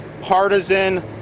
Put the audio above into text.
partisan